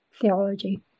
theology